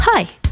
Hi